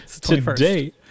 today